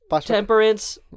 Temperance